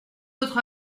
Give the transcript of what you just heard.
votre